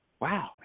wow